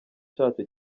cyacu